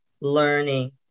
learning